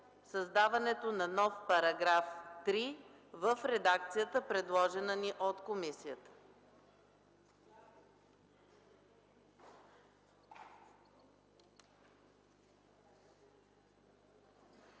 създаване на нов § 3 в редакцията, предложена ни от комисията.